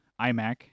iMac